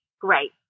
great